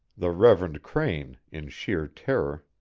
the reverend crane, in sheer terror,